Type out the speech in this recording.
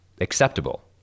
acceptable